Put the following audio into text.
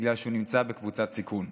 בגלל שהוא נמצא בקבוצת סיכון.